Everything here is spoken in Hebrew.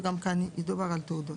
וגם כאן ידובר על תעודות.